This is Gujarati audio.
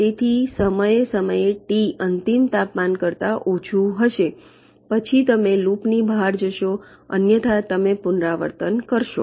તેથી સમયે સમયે ટી અંતિમ તાપમાન કરતા ઓછું હશે પછી તમે લૂપની બહાર જશો અન્યથા તમે પુનરાવર્તન કરશો